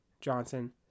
Johnson